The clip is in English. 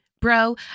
bro